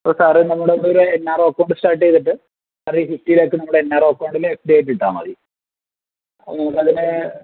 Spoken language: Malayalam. അപ്പോൾ സാറെ നമ്മുടെയൊരു N R I account start ചെയ്തിട്ട് സാറെ ഈ ഫിഫ്റ്റി ലാഖ് നമ്മുടെ എൻ ആർ ഐ അക്കൗണ്ടിൽ എഫ് ഡിയായിട്ട് ഇട്ടാൽ മതി അപ്പോൾ നമുക്കതിന്